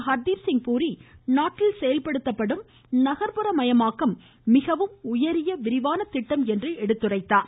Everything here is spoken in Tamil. ஹர்தீப்சிங் பூரி நாட்டில் செயல்படுத்தப்படும் நகர்ப்புற மயமாக்கம் மிகவும் உயரிய விரிவான திட்டம் என்றார்